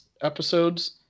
episodes